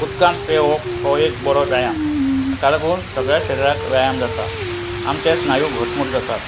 उदकांत पेवप हो एक बरो व्यायाम हाका लागून सगळ्या शरिराक व्यायाम जाता आमचे स्नायू घटमूट जातात